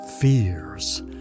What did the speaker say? fears